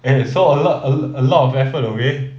and it's all a lot a lot of effort okay